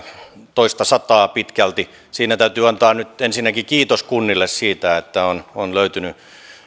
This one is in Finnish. pitkälti toistasataa siinä täytyy antaa nyt ensinnäkin kiitos kunnille siitä että on on löytynyt